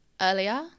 earlier